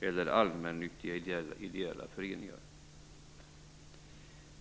eller allmännyttiga ideella föreningar.